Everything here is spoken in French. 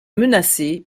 menacé